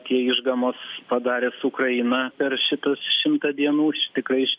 tie išgamos padarė su ukraina per šitas šimtą dienų čia tikrai